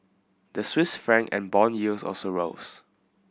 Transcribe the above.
the Swiss franc and bond yields also rose